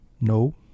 No